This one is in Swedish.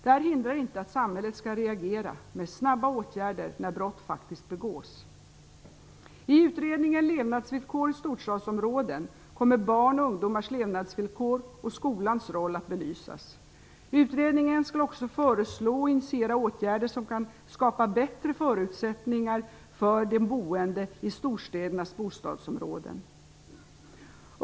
Detta hindrar inte att samhället skall reagera med snabba åtgärder när brott faktiskt begås. kommer barn och ungdomars levnadsvillkor och skolans roll att belysas. Utredningen skall också föreslå och initiera åtgärder som kan skapa bättre förutsättningar för de boende i storstädernas bostadsområden.